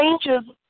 Changes